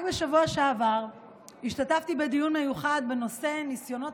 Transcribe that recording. רק בשבוע שעבר השתתפתי בדיון מיוחד בנושא ניסיונות